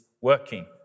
working